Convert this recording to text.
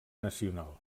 nacional